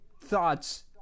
thoughts